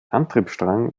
antriebsstrang